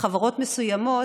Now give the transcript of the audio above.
בחברות מסוימות,